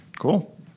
Cool